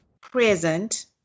present